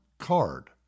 card